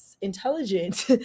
intelligent